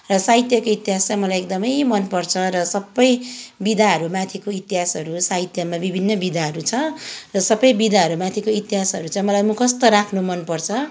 र साहित्यको इतिहास चाहिँ मलाई एकदमै मनपर्छ र सबै विधाहरू माथिको इतिहासहरू साहित्यमा विभिन्न विधाहरू छ र सबै विधाहरू माथिको इतिहासहरू चाहिँ मलाई मुखस्त राख्नु मनपर्छ